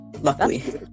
Luckily